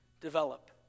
develop